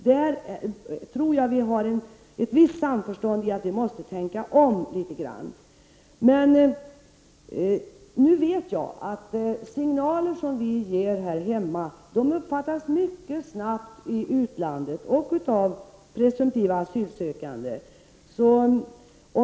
Jag tror att det råder ett visst samförstånd mellan oss när det gäller att vi måste tänka om litet grand. Nu vet jag att signaler som vi ger i från Sverige uppfattas mycket snabbt i utlandet av presumtiva asylsökande.